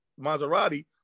Maserati